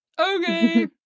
Okay